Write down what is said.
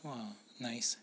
!wah! nice